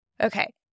Okay